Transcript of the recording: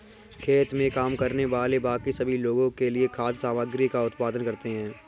खेत में काम करने वाले बाकी सभी लोगों के लिए खाद्य सामग्री का उत्पादन करते हैं